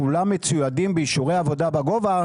כולם מצוידים באישורי עבודה בגובה.